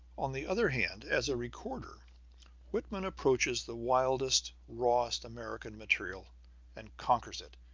on the other hand, as a recorder whitman approaches the wildest, rawest american material and conquers it,